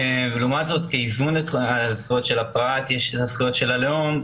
לעומת זאת, יש את הזכויות של הלאום,